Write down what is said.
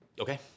Okay